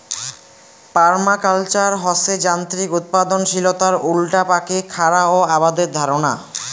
permaculture হসে যান্ত্রিক উৎপাদনশীলতার উল্টাপাকে খারা ও আবাদের ধারণা